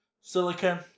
Silicon